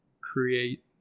create